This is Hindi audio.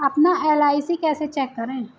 अपना एल.आई.सी कैसे चेक करें?